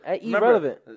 irrelevant